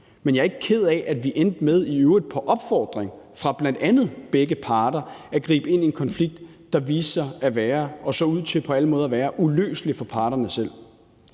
men jeg er ikke ked af, at vi endte med i øvrigt på opfordring fra bl.a. begge parter at gribe ind i en konflikt, der viste sig og så ud til